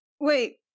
Wait